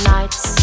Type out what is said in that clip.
Nights